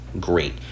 great